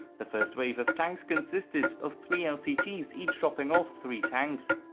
the first wave of tanks consisted of three lct's each dropping off three tanks.